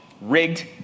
rigged